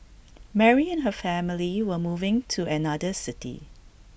Mary and her family were moving to another city